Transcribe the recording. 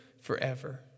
forever